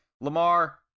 Lamar